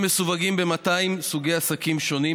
הם מסווגים ל-200 סוגי עסקים שונים,